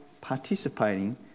participating